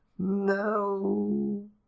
No